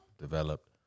developed